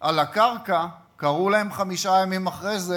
על הקרקע, קראו להם חמישה ימים אחרי זה,